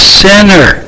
sinner